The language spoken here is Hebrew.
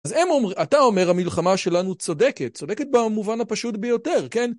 אז הם אומרים... אתה אומר המלחמה שלנו צודקת, צודקת במובן הפשוט ביותר, כן?